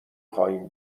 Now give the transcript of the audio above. خواهیم